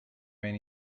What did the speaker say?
when